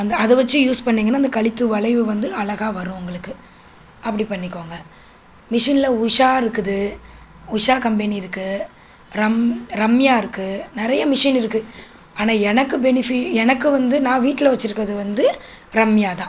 அந்த அதை வச்சு யூஸ் பண்ணீங்கன்னால் அந்த கழுத்து வளைவு வந்து அழகா வரும் உங்களுக்கு அப்படி பண்ணிக்கோங்கள் மிஷின்ல உஷா இருக்குது உஷா கம்பெனி இருக்குது ரம் ரம்யா இருக்குது நிறைய மிஷின் இருக்குது ஆனால் எனக்கு பெனிஃபிட் எனக்கு வந்து நான் வீட்டில வச்சிருக்கிறது வந்து ரம்யா தான்